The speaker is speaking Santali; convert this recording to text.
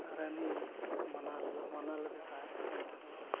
ᱨᱟᱱᱤ ᱢᱟᱱᱟ ᱢᱟᱱᱟ ᱞᱮᱫᱮ ᱛᱟᱦᱮᱸᱫ ᱚᱱᱛᱮ ᱫᱚ ᱟᱞᱚ